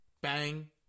bang